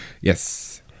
Yes